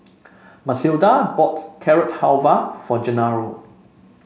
Matilda bought Carrot Halwa for Genaro